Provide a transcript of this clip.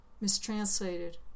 mistranslated